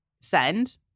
send